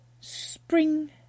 spring